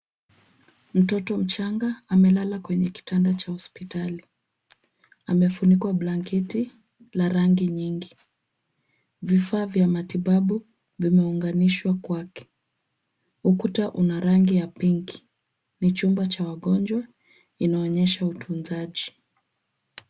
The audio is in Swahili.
Mtoto mchanga amelala kwenye kitanda cha hospitali. Amefunikwa blaketi la rangi nyingi. Vifaa vya matibabu vimeunganishwa kwake. Ukuta una rangi ya pinki. Ni jumba cha wangonjwa inaonyesha utunzaji.